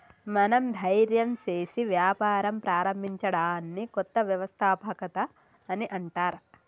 మనం ధైర్యం సేసి వ్యాపారం ప్రారంభించడాన్ని కొత్త వ్యవస్థాపకత అని అంటర్